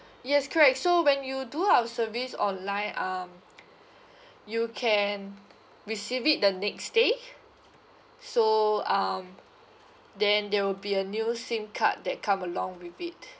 yes correct so when you do our service online um you can receive it the next day so um then there will be a new SIM card that come along with it